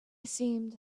seemed